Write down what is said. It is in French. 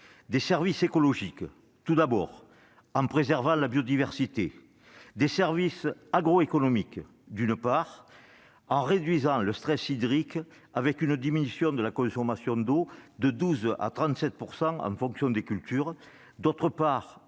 des services écologiques, tout d'abord, en préservant la biodiversité ; des services agroéconomiques, ensuite, en réduisant à la fois le stress hydrique, avec une diminution de la consommation d'eau de 12 % à 37 % en fonction des cultures, et